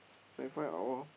night find out orh